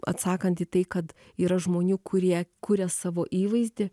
atsakant į tai kad yra žmonių kurie kuria savo įvaizdį